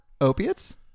Opiates